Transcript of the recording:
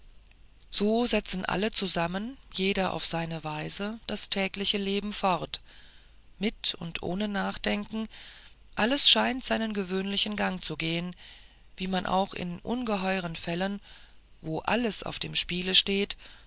so setzen alle zusammen jeder auf seine weise das tägliche leben fort mit und ohne nachdenken alles scheint seinen gewöhnlichen gang zu gehen wie man auch in ungeheuren fällen wo alles auf dem spiele steht